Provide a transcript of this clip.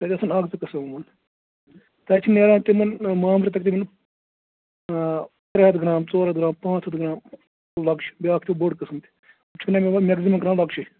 تَتہِ آسَن اَکھ زٕ قٕسٕم یمن تَتہِ چھِ نیران تِمَن مامرٕ تَقریباً ترٛےٚ ہَتھ گرٛام ژور ہَتھ گرٛام پانٛژھ ہَتھ گرٛام لۄکچہِ بیاکھ چھُ تتہِ بوٚڑ قٕسم تہِ تِم چھِ میٚگزِمَم کنان لۄکچہِ